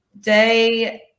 Day